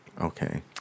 okay